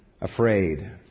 afraid